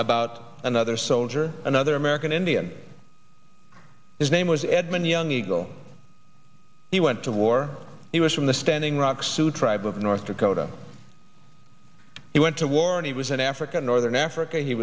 about another soldier another american indian his name was edmund young eagle he went to war he was from the standing rock sioux tribe of north dakota he went to war and he was in africa northern africa he